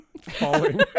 falling